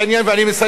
אני מסיים.